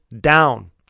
down